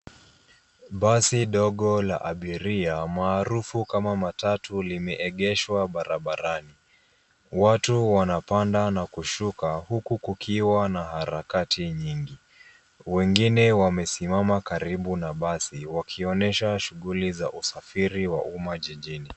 Basi dogo la abiria maarufu kama matatu limeegeshwa barabarani. Watu wanapanda na kushuka huku kukiwa na harakati nyingi. Wengine wamesimama karibu na basi wakionesha shughuli za usafiri wa umma jijini.